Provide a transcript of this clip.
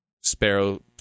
sparrow